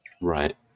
Right